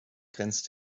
grenzt